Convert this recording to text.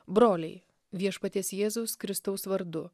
broliai viešpaties jėzaus kristaus vardu